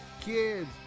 kids